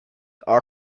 our